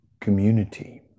community